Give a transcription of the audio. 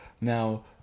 Now